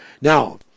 Now